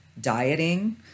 dieting